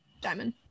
Diamond